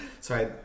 Sorry